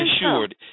assured